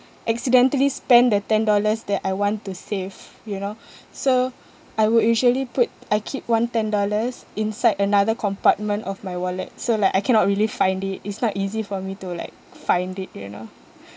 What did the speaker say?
accidentally spend the ten dollars that I want to save you know so I would usually put I keep one ten dollars inside another compartment of my wallet so like I cannot really find it it's not easy for me to like find it you know